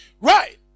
Right